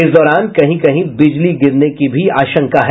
इस दौरान कहीं कहीं बिजली गिरने की भी आशंका है